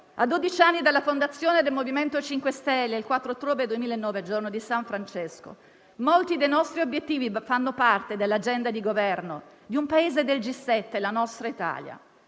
anni dalla fondazione del MoVimento 5 Stelle, il 4 ottobre 2009, giorno di san Francesco, molti dei nostri obiettivi fanno parte dell'agenda di Governo di un Paese del G7, la nostra Italia.